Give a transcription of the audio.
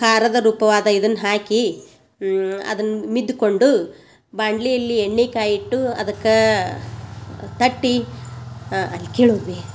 ಖಾರದ ರೂಪವಾದ ಇದನ್ನ ಹಾಕಿ ಅದನ್ನ ಮಿದ್ಕೊಂಡು ಬಾಂಡ್ಲಿಯಲ್ಲಿ ಎಣ್ಣೆ ಕಾಯಿಟ್ಟು ಅದಕ್ಕೆ ತಟ್ಟಿ ಅಲ್ಲಿ ಕೇಳುದ್ವಿ